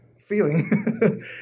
feeling